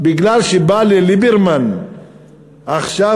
מפני שבא לליברמן עכשיו,